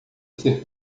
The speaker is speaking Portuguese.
ser